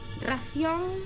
Ración